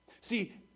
See